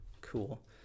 Cool